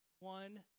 One